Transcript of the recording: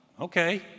Okay